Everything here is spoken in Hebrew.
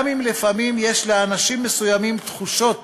גם אם לפעמים יש לאנשים מסוימים תחושות